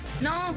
No